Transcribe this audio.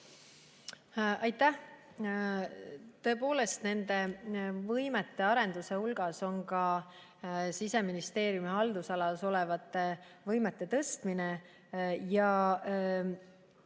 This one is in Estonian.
Aitäh! Tõepoolest, nende võimete arenduse hulgas on ka Siseministeeriumi haldusalas olevate võimete tõstmine.